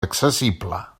accessible